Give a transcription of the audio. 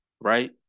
right